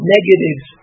negatives